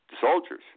soldiers